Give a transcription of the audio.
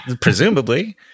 Presumably